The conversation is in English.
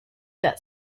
that